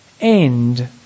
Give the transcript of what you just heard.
end